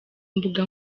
mbuga